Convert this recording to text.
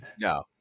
No